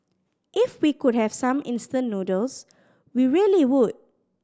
if we could have some instant noodles we really would